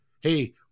Hey